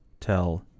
tell